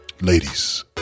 ladies